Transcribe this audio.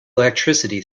electricity